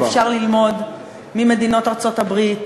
אפשר ללמוד ממדינות ארצות-הברית,